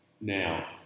Now